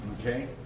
Okay